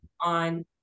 on